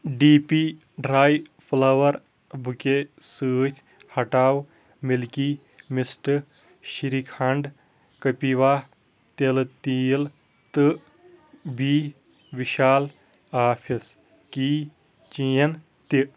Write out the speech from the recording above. D P dry flower bouquet سۭتۍ ہٹاو Milky Mist shrikhand کپیٖوا تِلہٕ تیٖل تہٕ بی وِشال آفِس کی چین تہِ